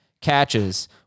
catches